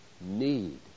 need